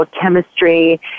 chemistry